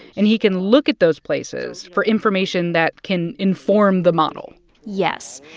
and he can look at those places for information that can inform the model yes.